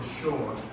sure